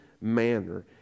manner